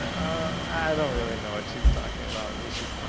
i don't really know what she's talking about, mishy so